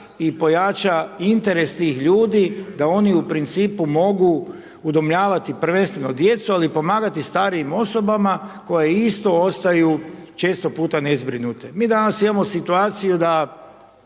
i pojača interes tih ljudi, da oni u principu mogu udomljavati prvenstveno djecu ali i pomagati starijim osobama koje isto ostaju često puta nezbrinute. Mi danas imamo situaciju da